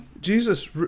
Jesus